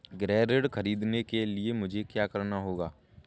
गृह ऋण ख़रीदने के लिए मुझे क्या करना होगा?